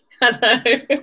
Hello